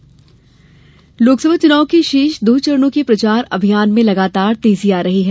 चुनाव प्रचार लोकसभा चुनाव के शेष दो चरणों के प्रचार अभियान में लगातार तेजी आ रही है